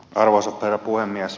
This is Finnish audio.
arvoisa herra puhemies